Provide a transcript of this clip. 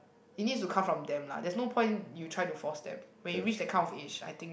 it needs to come from them lah there's no point you try to force them when you reach that kind of age I think